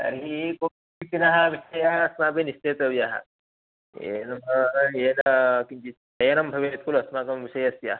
तर्हि कोपि न विषयः अस्माभिः निश्चेतव्यः येन येन किञ्चित् चयनं भवेत् खलु अस्माकं विषयस्य